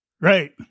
Right